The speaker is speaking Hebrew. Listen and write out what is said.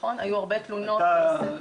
היו הרבה תלונות על זה.